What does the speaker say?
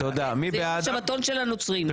יום השבתון של הנוצרים.